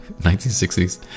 1960s